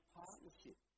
partnership